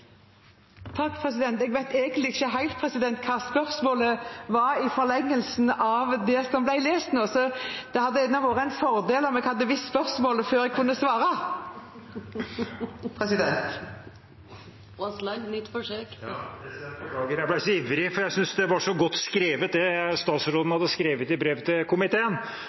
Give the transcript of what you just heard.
Jeg vet egentlig ikke helt hva spørsmålet var i forlengelsen av det som ble lest nå. Det hadde vært en fordel om jeg visste spørsmålet før jeg svarer. Representanten Aasland får gjøre et nytt forsøk. Beklager, jeg ble så ivrig, for jeg synes statsrådens svarbrev til komiteen var så godt skrevet. Hun skriver altså: «Endringen i